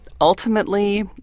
Ultimately